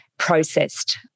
processed